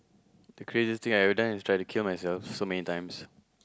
the craziest thing I ever done is try to kill myself so many times